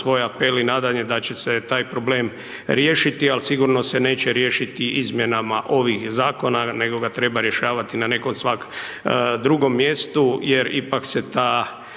svoj apel i nadanje da će se taj problem rještiti, al sigurno se neće riješiti izmjenama ovih zakona, nego ga treba rješavati na nekom svak drugom mjestu, jer ipak se ta